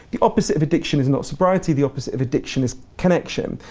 the opposite of addiction is not sobriety, the opposite of addiction is connection.